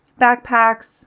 backpacks